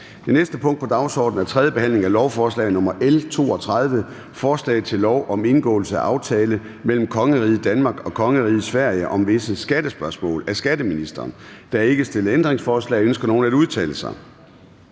Det næste punkt på dagsordenen er: 4) 3. behandling af lovforslag nr. L 32: Forslag til lov om indgåelse af aftale mellem Kongeriget Danmark og Kongeriget Sverige om visse skattespørgsmål. Af skatteministeren (Rasmus Stoklund). (Fremsættelse